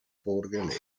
vorgelegt